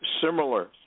similar